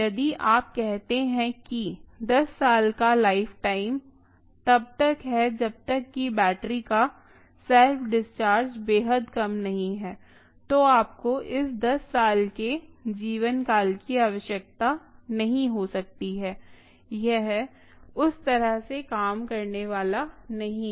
यदि आप कहते हैं कि 10 साल का लाइफटाइम तब तक है जब तक कि बैटरी का सेल्फ डिस्चार्ज बेहद कम नहीं है तो आपको इस 10 साल के जीवनकाल की आवश्यकता नहीं हो सकती है यह उस तरह से काम करने वाला नहीं है